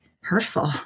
hurtful